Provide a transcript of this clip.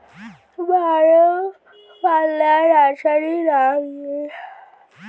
Bio পাল্লার রাসায়নিক নাম কি?